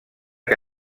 que